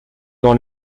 dans